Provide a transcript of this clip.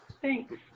Thanks